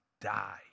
die